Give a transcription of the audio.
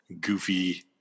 goofy